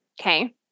okay